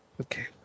Okay